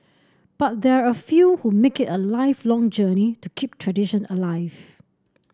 but there are a few who make it a lifelong journey to keep tradition alive